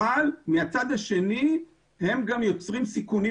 אבל מהצד השני הם גם יוצרים סיכונים